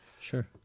sure